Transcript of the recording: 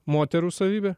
moterų savybę